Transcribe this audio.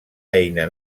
eina